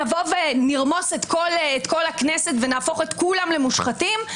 אז נרמוס את כל הכנסת ונהפוך את כולם למושחתים?